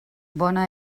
bona